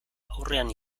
aurrean